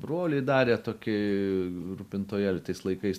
broliui darė tokį rūpintojėlį tais laikais